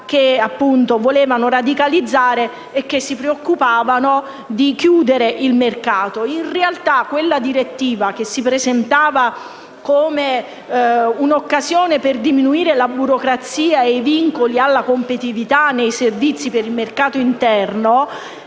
che volevano radicalizzare e che si preoccupavano di chiudere il mercato. In realtà, quella direttiva, che si presentava come un'occasione per diminuire la burocrazia e i vincoli alla competitività nei servizi per il mercato interno,